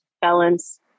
balance